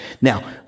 Now